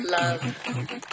Love